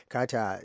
Kata